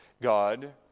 God